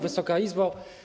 Wysoka Izbo!